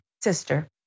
sister